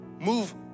move